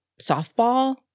Softball